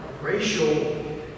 racial